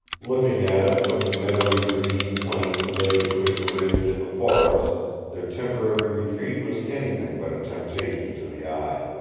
looking at it from the meadowy green plain that lay between the ridge and the forest their temporary retreat was anything but a temptation to the eye.